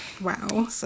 Wow